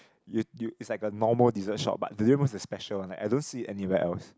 you you it's like a normal dessert shop but durian mousse is the special one like I don't see it anywhere else